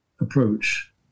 approach